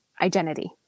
identity